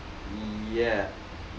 yup